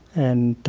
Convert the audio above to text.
and